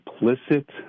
implicit